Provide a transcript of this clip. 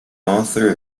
author